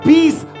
Peace